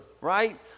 right